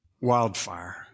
Wildfire